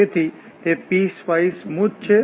તેથી તે piecewise smooth છે